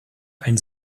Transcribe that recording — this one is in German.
ein